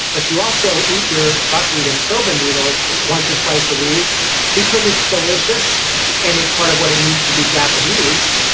but you also eat your buckwheat and soba noodles once or twice a week because it's delicious and it's part of what it means to be japanese.